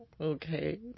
okay